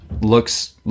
looks